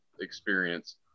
experience